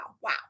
Wow